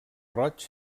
roig